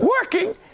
working